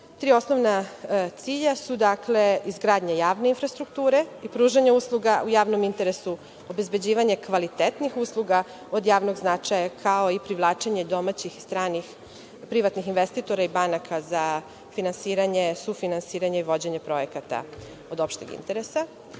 osnovna cilja su dakle, izgradnja javne infrastrukture i pružanje usluga u javnom interesu, obezbeđivanje kvalitetnih usluga od javnog značaja, kao i privlačenje domaćih i stranih privatnih investitora i banaka za finansiranje, sufinansiranje, i vođenje projekata od opšteg interesa.